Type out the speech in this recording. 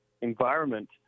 environment